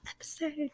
episode